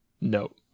No